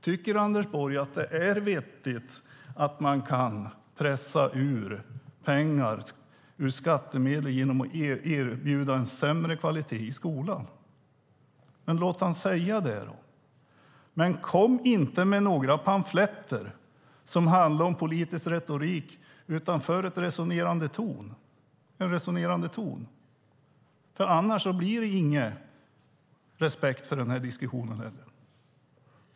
Tycker Anders Borg att det är vettigt att man kan pressa ut pengar ur skattemedel genom att erbjuda en sämre kvalitet i skolan? Säg det då! Men kom inte med några pamfletter som handlar om politisk retorik, utan ha en resonerande ton. Annars blir det ingen respekt för den här diskussionen.